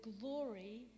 glory